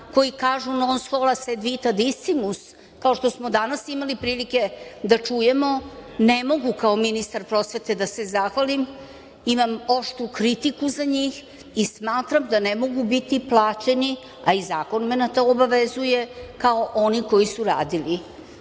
koji kažu non scholae sed vitae discimus, kao što smo danas imali prilike da čujemo, ne mogu kao ministar prosvete da se zahvalim. Imam oštru kritiku za njih i smatram da ne mogu biti plaćeni, a i zakon me na to obavezuje, kao oni koji su radili.